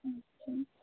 হুম হুম